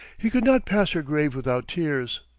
he could not pass her grave without tears.